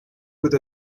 with